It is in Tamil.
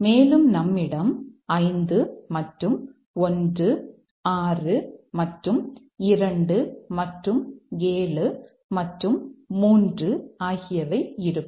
மேலும் நம்மிடம் 5 மற்றும் 1 6 மற்றும் 2 மற்றும் 7 மற்றும் 3 ஆகியவை இருக்கும்